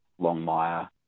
Longmire